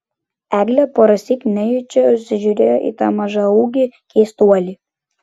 eglė porąsyk nejučia užsižiūrėjo į tą mažaūgį keistuolį